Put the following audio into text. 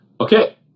Okay